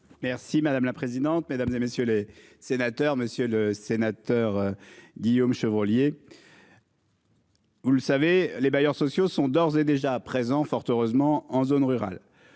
Merci madame la présidente, mesdames et messieurs les sénateurs, monsieur le sénateur. Guillaume Chevrollier. Vous le savez, les bailleurs sociaux sont d'ores et déjà présent fort heureusement en zone rurale.